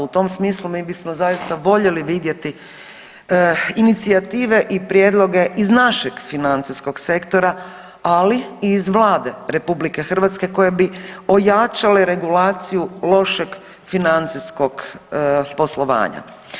U tom smislu mi bismo zaista voljeli vidjeti inicijative i prijedloge iz našeg financijskog sektora, ali i iz Vlade Republike Hrvatske koje bi ojačale regulaciju lošeg financijskog poslovanja.